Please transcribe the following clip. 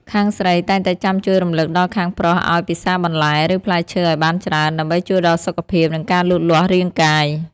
ខាងស្រីតែងតែចាំជួយរំលឹកដល់ខាងប្រុសឱ្យពិសារបន្លែ ឬផ្លែឈើឱ្យបានច្រើន ដើម្បីជួយដល់សុខភាព និងការលូតលាស់រាងកាយ។